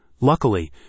Luckily